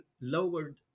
lowered